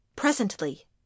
Presently